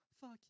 fuck